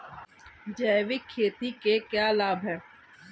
जैविक खेती के क्या लाभ हैं?